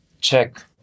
check